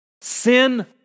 Sin